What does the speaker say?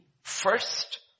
first